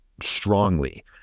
strongly